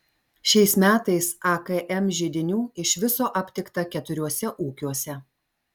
šiais metais akm židinių iš viso aptikta keturiuose ūkiuose